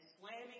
slamming